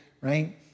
right